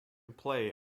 play